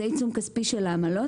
זה עיצום כפי של העמלות,